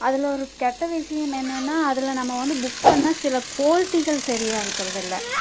அதில் ஒரு கெட்ட விஷயம் என்னென்னால் அதில் நம்ம வந்து புக் பண்ணிணா சில குவாலிட்டிகள் சரியா இருக்கிறதில்ல